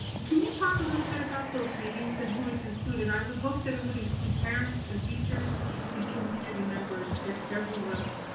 can you talk a little bit about those meetings and who is included? i would hope that it would include parents and teachers and community members at every level.